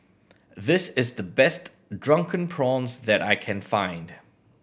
this is the best Drunken Prawns that I can find